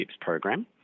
program